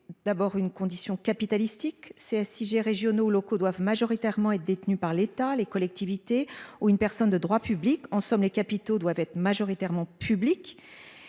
d'une condition capitalistique. Ces SIG régionaux ou locaux doivent être majoritairement détenus par l'État, les collectivités territoriales ou une personne de droit public. En somme, les capitaux doivent être majoritairement publics.